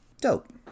Dope